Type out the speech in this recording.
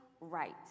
right